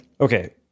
Okay